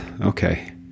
Okay